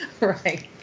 Right